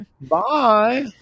Bye